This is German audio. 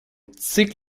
zig